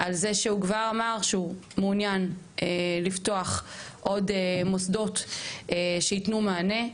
על כך שהוא כבר אמר שהוא מוכן לפתוח מוסדות נוספים שייתנו מענה.